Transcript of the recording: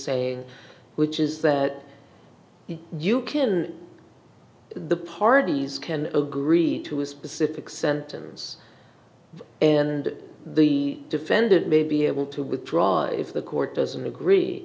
say which is that you kill the parties can agree to a specific sentence and the defendant may be able to withdraw if the court doesn't agree